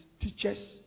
teachers